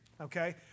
okay